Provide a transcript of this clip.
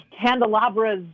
candelabras